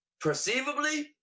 perceivably